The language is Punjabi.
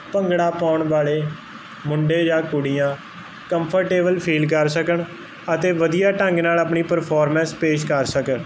ਭੰਗੜਾ ਪਾਉਣ ਵਾਲੇ ਮੁੰਡੇ ਜਾਂ ਕੁੜੀਆਂ ਕੰਫਰਟੇਬਲ ਫੀਲ ਕਰ ਸਕਣ ਅਤੇ ਵਧੀਆ ਢੰਗ ਨਾਲ ਆਪਣੀ ਪਰਫੋਰਮੈਂਸ ਪੇਸ਼ ਕਰ ਸਕਣ